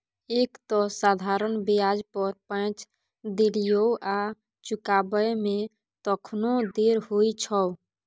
एक तँ साधारण ब्याज पर पैंच देलियौ आ चुकाबै मे तखनो देर होइ छौ